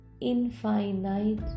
infinite